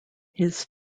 his